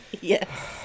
Yes